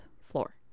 floor